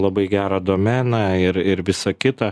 labai gerą domeną ir ir visa kita